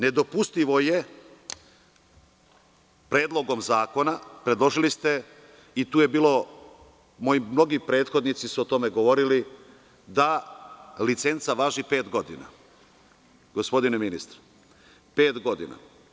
Nedopustivo je predlogom zakona, predložili ste i tu je bilo, moji mnogi prethodnici su o tome govorili, da licenca važi pet godina, gospodine ministre, pet godina.